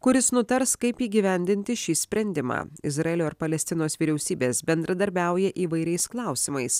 kuris nutars kaip įgyvendinti šį sprendimą izraelio ir palestinos vyriausybės bendradarbiauja įvairiais klausimais